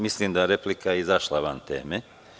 Mislim da je replika izašla van teme.